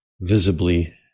visibly